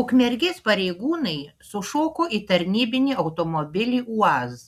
ukmergės pareigūnai sušoko į tarnybinį automobilį uaz